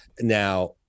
Now